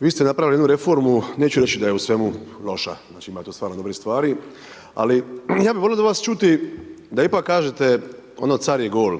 vi ste napravili jednu reformu, neću reći da je u svemu loša, znači, ima tu stvarno dobrih stvari, ali ja bih volio od vas čuti da ipak kažete ono car je gol,